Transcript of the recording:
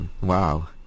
Wow